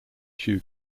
shu